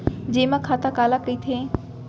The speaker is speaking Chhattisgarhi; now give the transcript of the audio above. जेमा खाता काला कहिथे?